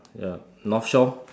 ya north shore